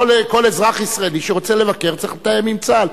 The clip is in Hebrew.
כל אזרח ישראלי שרוצה לבקר צריך לתאם עם צה"ל.